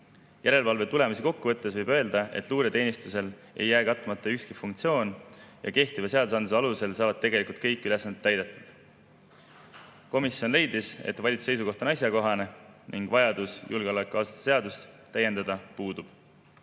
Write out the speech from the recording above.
Järelevalve tulemusi kokku võttes võib öelda, et luureteenistusel ei jää katmata ükski funktsioon ja kehtiva seadusandluse alusel saavad tegelikult kõik ülesanded täidetud. Komisjon leidis, et valitsuse seisukoht on asjakohane ning vajadus julgeolekuasutuste seadust täiendada puudub.